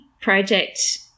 project